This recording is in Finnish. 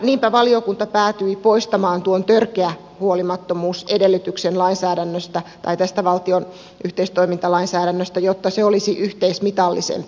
niinpä valiokunta päätyi poistamaan tuon törkeä huolimattomuus edellytyksen tästä valtion yhteistoimintalainsäädännöstä jotta se olisi yhteismitallisempi